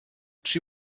she